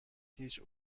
هیچ